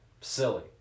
silly